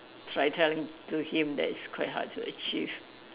try telling to him that it's quite hard to achieve